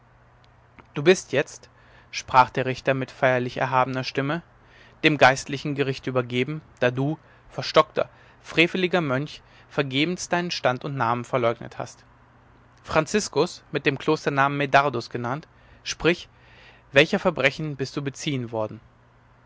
du bist jetzt sprach der richter mit feierlich erhabener stimme dem geistlichen gericht übergeben da du verstockter freveliger mönch vergebens deinen stand und namen verleugnet hast franziskus mit dem klosternamen medardus genannt sprich welcher verbrechen bist du beziehen worden